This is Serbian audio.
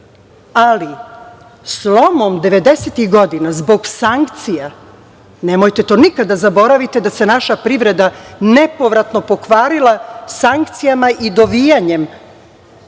Slomom 90-ih godina, zbog sankcija, nemojte to nikada da zaboravite da se naša privreda nepovratno pokvarila sankcijama i dovijanjem